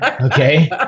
okay